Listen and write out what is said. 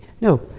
No